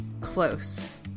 close